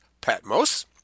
Patmos